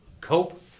cope